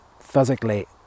physically